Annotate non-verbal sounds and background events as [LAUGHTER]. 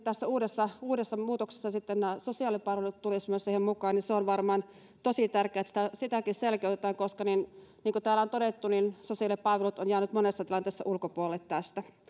[UNINTELLIGIBLE] tässä uudessa uudessa muutoksessa myös sosiaalipalvelut tulisivat siihen mukaan niin on varmaan tosi tärkeää että sitäkin selkeytetään koska niin niin kuin täällä on todettu niin sosiaalipalvelut ovat jääneet monessa tilanteessa ulkopuolelle tästä